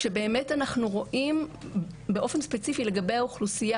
כשבאמת אנחנו רואים באופן ספציפי של האוכלוסייה